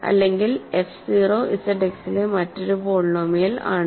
അല്ലെങ്കിൽ F 0 ZX ലെ മറ്റൊരു പോളിനോമിയൽ ആണ്